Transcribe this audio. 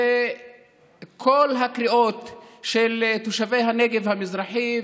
כל הקריאות של תושבי הנגב המזרחי,